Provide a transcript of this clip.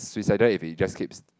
suicidal if it just keeps